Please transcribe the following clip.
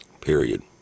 Period